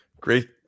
Great